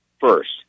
first